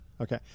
Okay